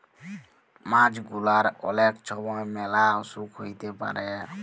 মাছ গুলার অলেক ছময় ম্যালা অসুখ হ্যইতে পারে